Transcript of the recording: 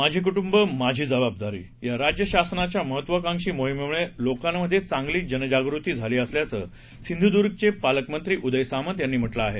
माझे कूट्रंब माझी जबाबदारी या राज्य शासनाच्या महत्वाकांक्षी मोहिमेमुळे लोकांमध्ये चांगली जनजागृती झाली असल्याचं सिंधुर्द्र्गचे पालकमंत्री उदय सामंत यांनी म्हटलं आहे